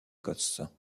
écosse